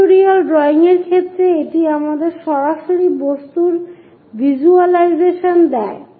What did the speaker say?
pictorial drawing এর ক্ষেত্রে এটি আমাদের সরাসরি বস্তুর ভিজ্যুয়ালাইজেশন দেয়